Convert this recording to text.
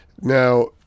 Now